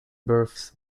births